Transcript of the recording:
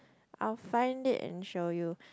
I will find it and show you